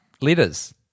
Letters